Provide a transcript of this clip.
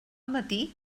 matí